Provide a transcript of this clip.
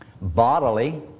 Bodily